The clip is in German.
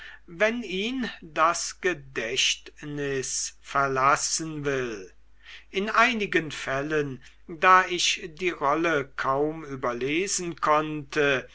wenn ihn das gedächtnis verlassen will in einigen fällen da ich die rolle kaum überlesen konnte